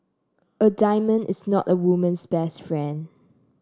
a diamond is not a woman's best friend